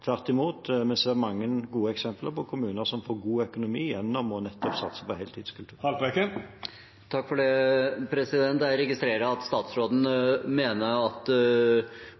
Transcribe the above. tvert imot, vi ser mange gode eksempler på kommuner som får god økonomi gjennom nettopp å satse på heltidskultur. Jeg registrerer at statsråden mener at